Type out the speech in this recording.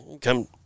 come